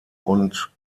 und